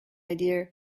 idea